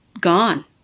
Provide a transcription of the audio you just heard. gone